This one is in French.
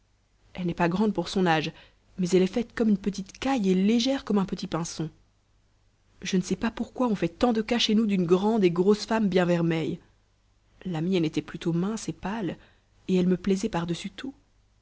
elle n'est pas grande pour son âge mais elle est faite comme une petite caille et légère comme un petit pinson je ne sais pas pourquoi on fait tant de cas chez nous d'une grande et grosse femme bien vermeille la mienne était plutôt mince et pâle et elle me plaisait pardessus tout